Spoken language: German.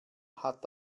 hat